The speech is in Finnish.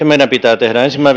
meidän pitää huolehtia ensin minä